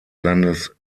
landes